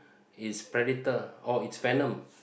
is predator oh it's venom